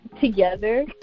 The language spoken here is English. together